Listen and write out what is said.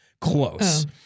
close